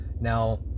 Now